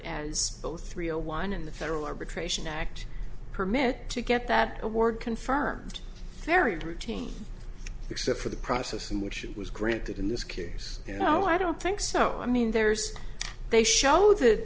as both rio won in the federal arbitration act permit to get that award confirmed very routine except for the process in which it was granted in this case you know i don't think so i mean there's they show that